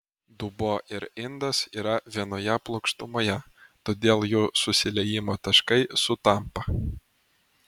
dubuo ir indas yra vienoje plokštumoje todėl jų susiliejimo taškai sutampa